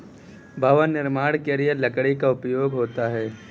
भवन निर्माण के लिए लकड़ी का उपयोग होता है